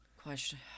question